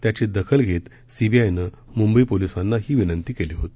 त्याची दखल घेत सीबीआयनं मुंबई पोलीसांना ही विनंती केली होती